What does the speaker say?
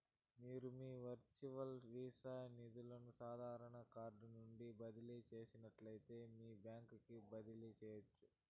మీరు మీ virtual Visa నిదులు సాదారన కార్డు నుంచి బదిలీ చేసినట్లే మీ బాంక్ కి బదిలీ చేయచ్చు